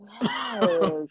Yes